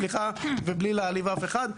סליחה ובלי להעליב אף אחד,